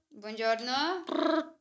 Buongiorno